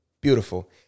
Beautiful